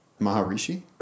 Maharishi